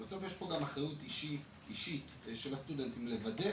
בסוף יש פה גם אחריות אישית של הסטודנטים לוודא